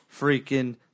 freaking